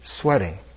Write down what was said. sweating